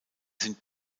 sind